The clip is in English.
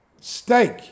steak